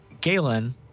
Galen